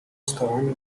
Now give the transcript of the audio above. stone